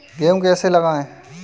गेहूँ कैसे लगाएँ?